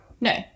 No